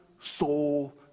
soul